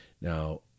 Now